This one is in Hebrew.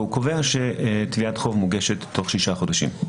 והוא קובע שתביעת חוב מוגשת תוך שישה חודשים.